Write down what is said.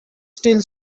still